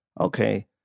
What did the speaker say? okay